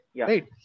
right